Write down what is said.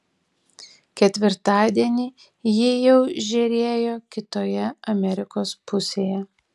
ketvirtadienį ji jau žėrėjo kitoje amerikos pusėje